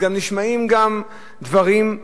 אז נשמעים גם דברים,